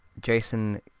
Jason